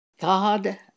God